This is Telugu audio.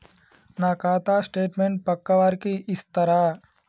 నా ఖాతా స్టేట్మెంట్ పక్కా వారికి ఇస్తరా?